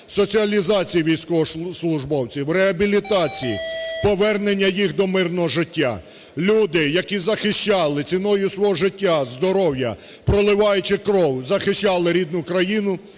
соціалізації військовослужбовців, реабілітації, повернення їх до мирного життя. Люди, які захищали ціною свого життя, здоров'я, проливаючи кров, захищали рідну країну,